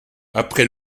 après